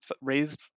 raised